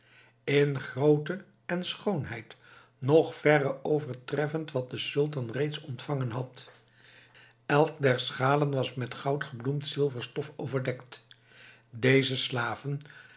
in grootte en schoonheid nog verre overtreffend wat de sultan reeds ontvangen had elk der schalen was met goud gebloemd zilverstof overdekt deze slaven